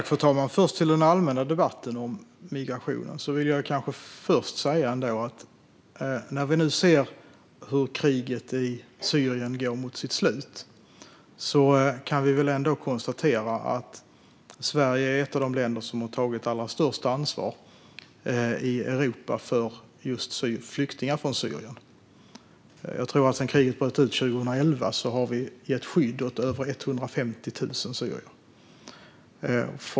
Fru talman! När det gäller den allmänna debatten om migrationen vill jag först säga att vi, nu när vi ser hur kriget i Syrien går mot sitt slut, kan konstatera att Sverige är ett av de länder som har tagit allra störst ansvar i Europa för just flyktingar från Syrien. Sedan kriget bröt ut 2011 har vi gett skydd åt över 150 000 syrier.